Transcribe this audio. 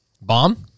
Bomb